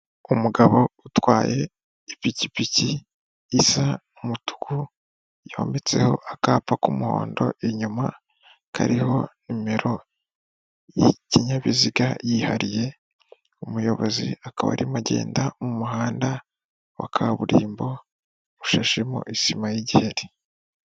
Umugabo utwaye ipikipiki isa umutuku yometseho akapa k'umuhondo inyuma kariho nimero y'ikinyabiziga yihariye, umuyobozi akaba arimo agenda m'umuhanda wa kaburimbo ushashemo isima y'igiri.